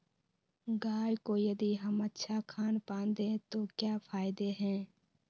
गाय को यदि हम अच्छा खानपान दें तो क्या फायदे हैं?